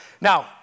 Now